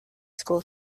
school